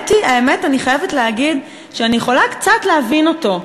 האמת היא שאני חייבת להגיד שאני יכולה קצת להבין אותו.